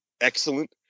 excellent